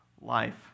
life